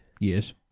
Yes